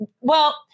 well-